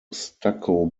stucco